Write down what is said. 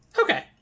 Okay